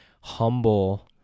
humble